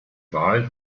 wahl